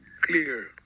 clear